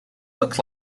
looked